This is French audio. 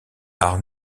art